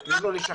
את מי לא לשחרר,